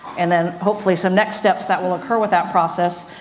and then hopefully some next steps that will occur with that process.